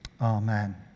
amen